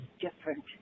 different